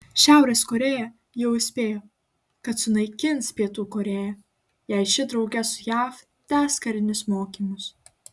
šiaurės korėja jau įspėjo kad sunaikins pietų korėją jei ši drauge su jav tęs karinius mokymus